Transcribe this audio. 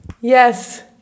Yes